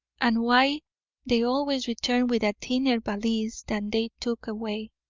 and why they always returned with a thinner valise than they took away.